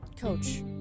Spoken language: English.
Coach